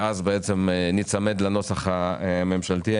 ואז, בעצם, ניצמד לנוסח הממשלתי.